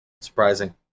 surprising